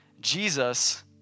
Jesus